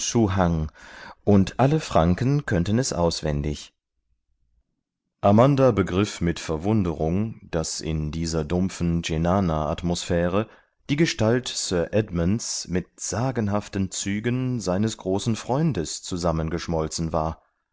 und alle franken könnten es auswendig amanda begriff mit verwunderung daß in dieser dumpfen cenana atmosphäre die gestalt sir edmunds mit sagenhaften zügen seines großen freundes zusammengeschmolzen war